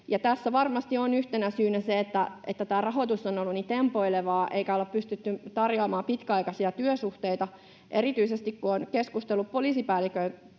Tässä varmasti on yhtenä syynä se, että tämä rahoitus on ollut niin tempoilevaa eikä olla pystytty tarjoamaan pitkäaikaisia työsuhteita. Erityisesti kun olen keskustellut poliisipäälliköiden